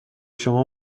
شما